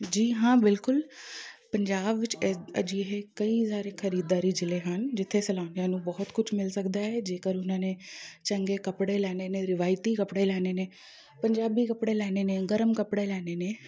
ਜੀ ਹਾਂ ਬਿਲਕੁਲ ਪੰਜਾਬ ਵਿੱਚ ਅ ਅਜਿਹੇ ਕਈ ਸਾਰੇ ਖਰੀਦਾਰੀ ਜ਼ਿਲ੍ਹੇ ਹਨ ਜਿੱਥੇ ਸੈਲਾਨੀਆਂ ਨੂੰ ਬਹੁਤ ਕੁਛ ਮਿਲ ਸਕਦਾ ਹੈ ਜੇਕਰ ਉਹਨਾਂ ਨੇ ਚੰਗੇ ਕੱਪੜੇ ਲੈਣੇ ਨੇ ਰਵਾਇਤੀ ਕੱਪੜੇ ਲੈਣੇ ਨੇ ਪੰਜਾਬੀ ਕੱਪੜੇ ਲੈਣੇ ਨੇ ਗਰਮ ਕੱਪੜੇ ਲੈਣੇ ਨੇ